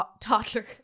toddler